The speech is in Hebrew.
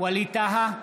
ווליד טאהא,